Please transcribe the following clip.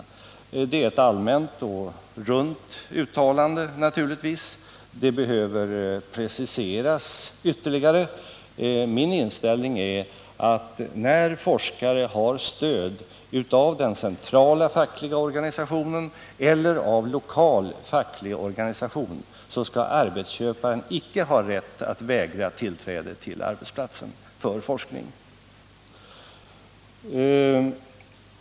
Det är naturligtvis ett allmänt och runt uttalande, det behöver preciseras ytterligare. Min inställning är att när forskare har stöd av den centrala fackliga organisationen eller av lokal facklig organisation skall arbetsköparen icke ha rätt att vägra tillträde till arbetsplatsen för forskning.